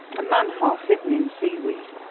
a man half hidden in seaweed,